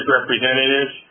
representatives